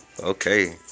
Okay